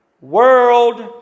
world